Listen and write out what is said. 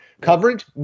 Coverage